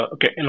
Okay